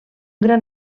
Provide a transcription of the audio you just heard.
gran